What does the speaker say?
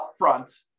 upfront